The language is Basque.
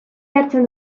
jartzen